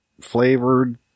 flavored